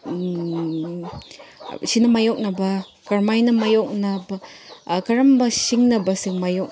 ꯁꯤꯅ ꯃꯥꯏꯌꯣꯛꯅꯕ ꯀꯔꯝꯃꯥꯏꯅ ꯃꯥꯏꯌꯣꯛꯅꯕ ꯀꯔꯝꯕ ꯁꯤꯡꯅꯕꯁꯤꯡ ꯃꯥꯏꯌꯣꯛ